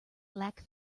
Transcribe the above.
lack